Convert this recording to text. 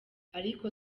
ariko